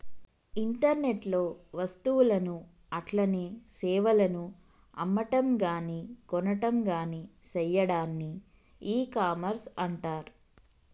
internet లో వస్తువులను అట్లనే సేవలను అమ్మటంగాని కొనటంగాని సెయ్యాడాన్ని ఇకామర్స్ అంటర్